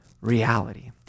reality